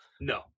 No